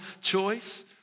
choice